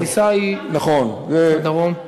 הפריסה היא, יש שלושה בדרום.